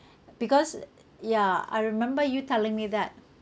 because ya I remember you telling me that